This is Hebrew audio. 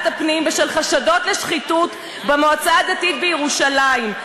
הפנים בשל חשדות לשחיתות במועצה הדתית בירושלים,